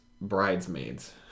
*Bridesmaids*